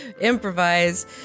improvise